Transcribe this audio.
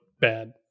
bad